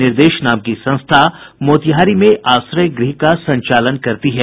निर्देश नाम की संस्था मोतिहारी में आश्रय गृह का संचालन करती है